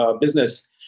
business